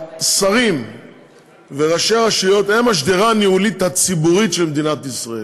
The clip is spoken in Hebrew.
השרים וראשי הרשויות הם השדרה הניהולית הציבורית של מדינת ישראל.